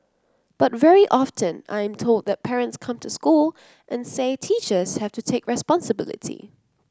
but very often I am told that parents come to school and say teachers have to take responsibility